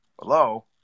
Hello